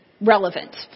relevant